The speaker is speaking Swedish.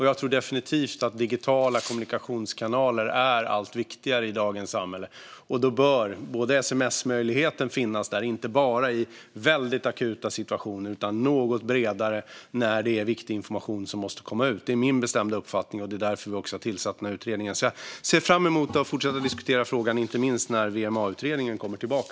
Jag tror definitivt att digitala kommunikationskanaler blir allt viktigare i dagens samhälle, och då bör sms-möjligheten finnas där, inte bara i väldigt akuta situationer utan något bredare, när det handlar om viktig information som måste komma ut. Detta är min bestämda uppfattning, och det är också därför vi har tillsatt denna utredning. Jag ser fram emot att fortsätta diskutera frågan, inte minst när VMA-utredningen kommer tillbaka.